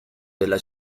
della